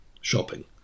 shopping